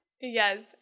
Yes